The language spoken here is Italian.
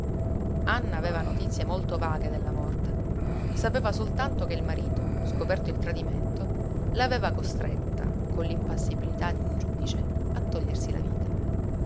anna aveva notizie molto vaghe della morta sapeva soltanto che il marito scoperto il tradimento l'aveva costretta con l'impassibilità di un giudice a togliersi la vita